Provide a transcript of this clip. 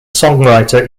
songwriter